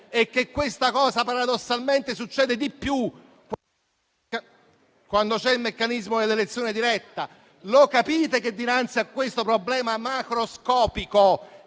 e che questa cosa paradossalmente succede maggiormente quando c'è il meccanismo dell'elezione diretta? Lo capite che, dinanzi a questo problema macroscopico